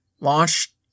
launch